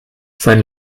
sein